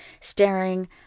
staring